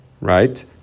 right